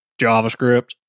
javascript